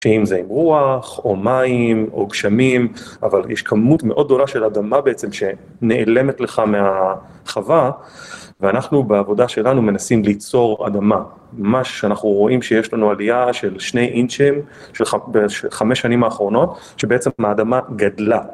שאם זה עם רוח, או מים, או גשמים, אבל יש כמות מאוד גדולה של אדמה בעצם שנעלמת לך מהחווה ואנחנו בעבודה שלנו מנסים ליצור אדמה. ממש אנחנו רואים שיש לנו עלייה של שני אינצ'ים של חמש שנים האחרונות, שבעצם האדמה גדלה.